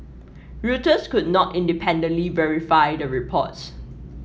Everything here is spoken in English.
Reuters could not independently verify the reports